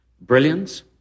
brilliance